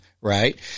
right